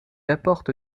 apporte